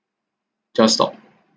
just stop